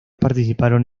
participaron